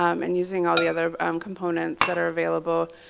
um and using all the other components that are available.